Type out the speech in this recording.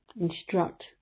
instruct